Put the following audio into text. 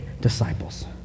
disciples